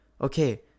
okay